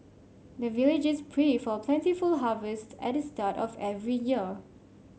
the villagers pray for plentiful harvest at the start of every year